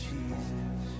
Jesus